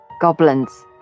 goblins